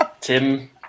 Tim